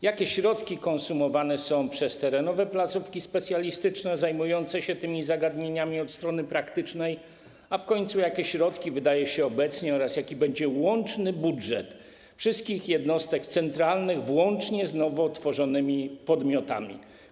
Jakie środki konsumowane są przez terenowe placówki specjalistyczne zajmujące się tymi zagadnieniami od strony praktycznej, a w końcu jakie środki wydaje się obecnie oraz jaki będzie łączny budżet wszystkich jednostek centralnych, łącznie z nowo utworzonymi podmiotami?